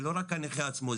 זה לא רק הנכה עצמו,